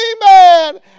Amen